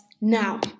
now